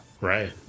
Right